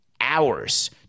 hours